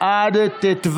עד ט'?